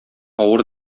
авыр